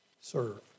serve